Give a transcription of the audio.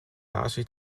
largely